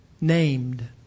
named